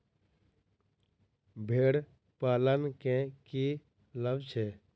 भेड़ पालन केँ की लाभ छै?